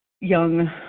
young